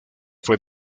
fue